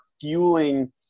fueling